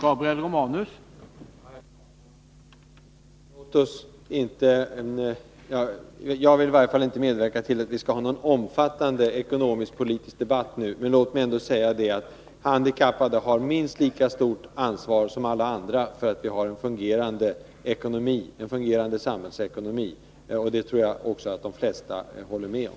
Herr talman! Låt oss inte nu föra någon omfattande ekonomisk-politisk debatt — jag vill i varje fall inte medverka till en sådan. Jag konstaterar bara att de handikappade har lika stort ansvar som alla andra för att vi har en fungerande samhällsekonomi. Det tror jag att de flesta håller med om.